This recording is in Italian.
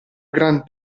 gran